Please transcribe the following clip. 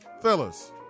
Fellas